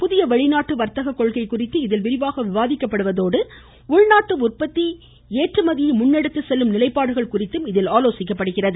புதிய வர்த்தக கொள்கை குறித்து இதில் விரிவாக விவாதிக்கப்படுவதோடு உள்நாட்டு உற்பத்தி ஏற்றுமதியை முன்எடுத்து செல்லும் நிலைப்பாடுகள் குறித்தும் இதில் ஆலோசிக்கப்படுகிறது